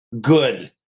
good